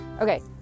Okay